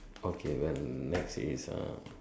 okay well next is uh